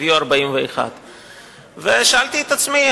הביאו 41. שאלתי את עצמי,